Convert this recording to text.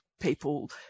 people